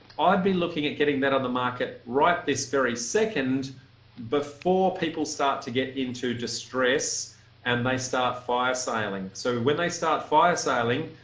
i'd be looking at getting that on the market right this very second before people start to get into distress and they start fire selling. so when they start fire selling,